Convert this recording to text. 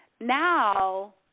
Now